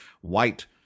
white